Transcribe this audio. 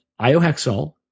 iohexol